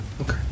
Okay